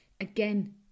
again